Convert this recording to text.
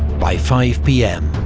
by five pm,